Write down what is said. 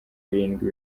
birindwi